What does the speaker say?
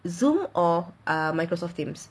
zoom or ah microsoft teams